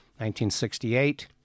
1968